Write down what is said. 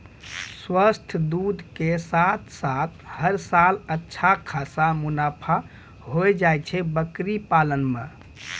स्वस्थ दूध के साथॅ साथॅ हर साल अच्छा खासा मुनाफा होय जाय छै बकरी पालन मॅ